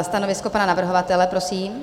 Stanovisko pana navrhovatele prosím.